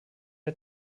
der